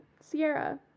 Sierra